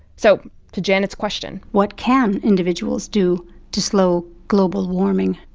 so to janet's question. what can individuals do to slow global warming.